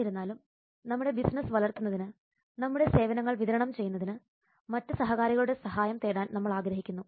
എന്നിരുന്നാലും നമ്മുടെ ബിസിനസ്സ് വളർത്തുന്നതിന് നമ്മുടെ സേവനങ്ങൾ വിതരണം ചെയ്യുന്നതിന് മറ്റ് സഹകാരികളുടെ സഹായം തേടാൻ നമ്മൾ ആഗ്രഹിക്കുന്നു